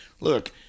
Look